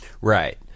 Right